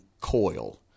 coil